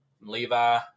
Levi